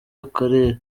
akarere